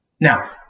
Now